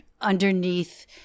underneath